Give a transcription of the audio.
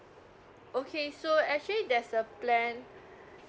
okay so actually there's a plan